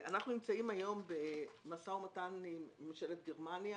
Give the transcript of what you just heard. אנחנו נמצאים היום במשא ומתן עם ממשלת גרמניה